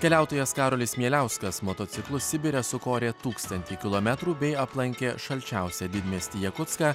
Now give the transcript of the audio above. keliautojas karolis mieliauskas motociklu sibire sukorė tūkstantį kilometrų bei aplankė šalčiausią didmiestį jakutską